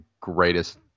greatest